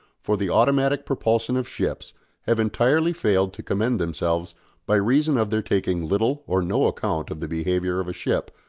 for the automatic propulsion of ships have entirely failed to commend themselves by reason of their taking little or no account of the behaviour of a ship,